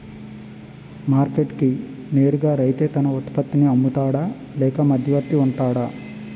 Market కి నేరుగా రైతే తన ఉత్పత్తి నీ అమ్ముతాడ లేక మధ్యవర్తి వుంటాడా?